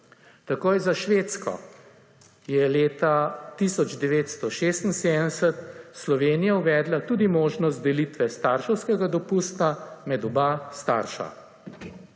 Takoj za Švedsko je leta 1976 Slovenija uvedla tudi možnost delitve starševskega dopusta med oba starša.